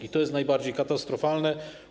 I to jest najbardziej katastrofalne.